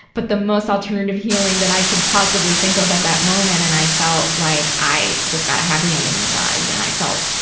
but the most alternative healing that i could possibly think of at that moment. and i felt like i just got a happy ending massage, and i felt,